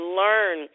learn